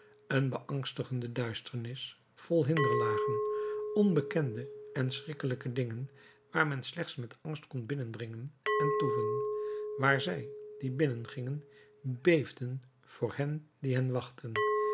een beangstigende duisternis vol hinderlagen onbekende en schrikkelijke dingen waar men slechts met angst kon binnendringen en toeven waar zij die binnengingen beefden voor hen die hen wachtten